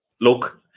look